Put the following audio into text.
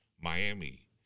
Miami